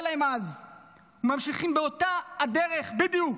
להם אז וממשיכים באותה הדרך בדיוק,